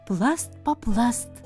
plast paplast